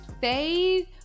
faith